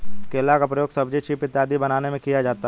केला का प्रयोग सब्जी चीफ इत्यादि बनाने में किया जाता है